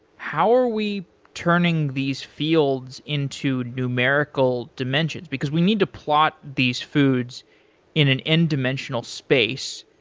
how are we turning these fields into numerical dimensions? because we need to plot these foods in an in-dimensional space.